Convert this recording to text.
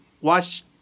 watch